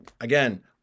Again